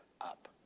up